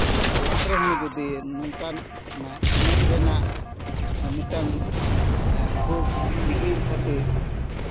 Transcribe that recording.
ᱚᱲᱟᱜ ᱨᱮᱦᱚᱸ ᱡᱩᱫᱤ ᱱᱚᱝᱠᱟᱱ ᱚᱱᱟ ᱮᱱᱮᱡ ᱨᱮᱱᱟᱜ ᱢᱤᱫᱴᱟᱝ ᱡᱤᱜᱤᱲ ᱠᱷᱟᱹᱛᱤᱨ